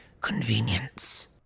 convenience